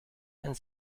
and